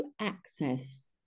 access